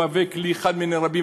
שהוא כלי אחד מני רבים.